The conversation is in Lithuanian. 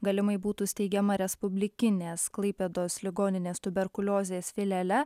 galimai būtų steigiama respublikinės klaipėdos ligoninės tuberkuliozės filiale